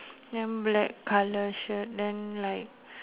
then black colour shirt then like